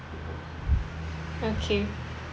okay